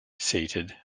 seated